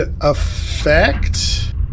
effect